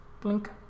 Blink